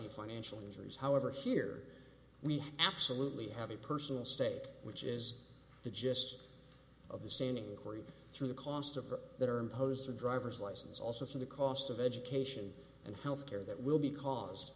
a financial injuries however here we absolutely have a personal stake which is the gist of the standing corey through the cost of that are imposed the driver's license also from the cost of education and health care that will be caused